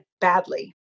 badly